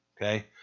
okay